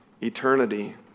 eternity